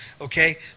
Okay